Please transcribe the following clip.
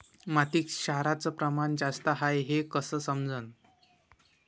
मातीत क्षाराचं प्रमान जास्त हाये हे कस समजन?